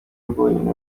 rwonyine